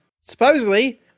Supposedly